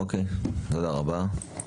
אוקיי, תודה רבה.